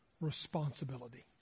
responsibility